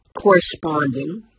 corresponding